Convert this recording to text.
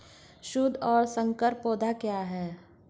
शुद्ध और संकर पौधे क्या हैं?